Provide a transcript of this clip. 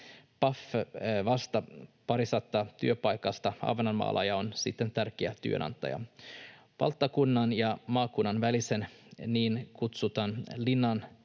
Paf vastaa paristasadasta työpaikasta Ahvenanmaalla ja on siten tärkeä työnantaja. Valtakunnan ja maakunnan välisen niin kutsutun linnarauhan